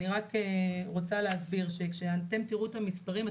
לפני כן אני רוצה להסביר שכשתראו את המספרים,